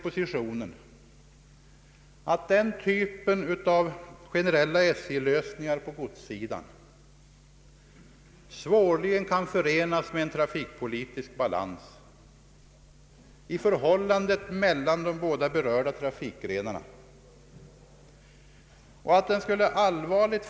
Principen att behålla konkurrensen mellan trafikgrenarna på oförändrade villkor genom transportstödet innebär i viss — eller rättare sagt i dubbel — mening vad man med ett modernt ord brukar kalla en innovation.